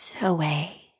away